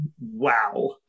Wow